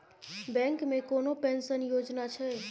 Bank मे कोनो pension योजना छै?